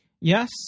Yes